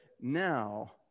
now